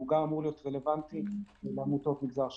והוא גם אמור להיות רלוונטי לעמותות מגזר שלישי.